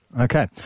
okay